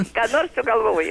ką nors sugalvoju